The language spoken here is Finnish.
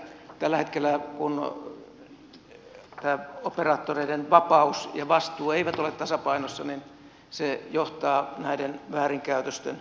tällä hetkellä kun operaattoreiden vapaus ja vastuu eivät ole tasapainossa se johtaa näiden väärinkäytösten leviämiseen